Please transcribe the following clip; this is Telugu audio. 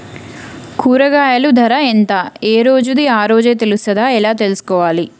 కూరగాయలు ధర ఎంత ఏ రోజుది ఆ రోజే తెలుస్తదా ఎలా తెలుసుకోవాలి?